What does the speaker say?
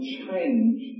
change